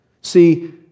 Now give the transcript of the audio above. See